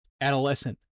adolescent